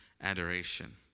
adoration